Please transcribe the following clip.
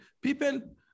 people